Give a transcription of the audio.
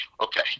okay